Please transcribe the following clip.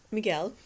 Miguel